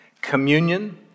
communion